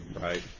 right